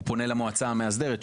פונים למועצה המאסדרת,